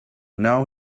now